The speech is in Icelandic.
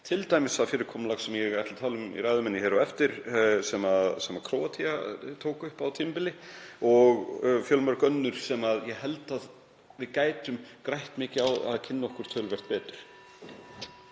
t.d. það fyrirkomulag sem ég ætla að tala um í ræðu minni hér á eftir, sem Króatía tók upp á tímabili, og fjölmörg önnur sem ég held að við gætum grætt mikið á að kynna okkur töluvert betur.